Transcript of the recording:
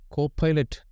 Copilot